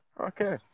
Okay